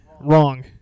Wrong